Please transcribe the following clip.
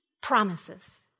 promises